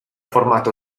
formato